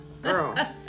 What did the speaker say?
Girl